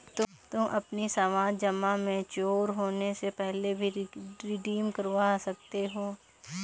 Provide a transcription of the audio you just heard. तुम अपनी सावधि जमा मैच्योर होने से पहले भी रिडीम करवा सकते हो